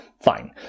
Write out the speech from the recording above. Fine